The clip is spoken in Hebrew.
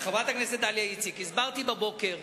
חברת הכנסת דליה איציק, הסברתי בבוקר.